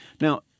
Now